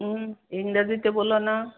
হুম ইংরাজিতে বলো না